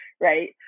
right